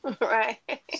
Right